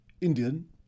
Indian